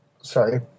sorry